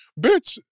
bitch